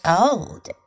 old